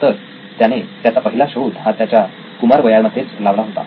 तर त्याने त्याचा पहिला शोध हा त्याच्या कुमार वयामध्येच लावला होता